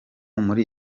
muri